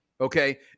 Okay